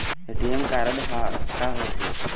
ATM card हा का होते?